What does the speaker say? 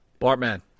Bartman